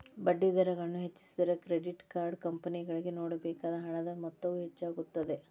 ಬಡ್ಡಿದರಗಳನ್ನು ಹೆಚ್ಚಿಸಿದರೆ, credit card ಕಂಪನಿಗಳಿಗೆ ನೇಡಬೇಕಾದ ಹಣದ ಮೊತ್ತವು ಹೆಚ್ಚಾಗುತ್ತದೆ